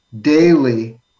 daily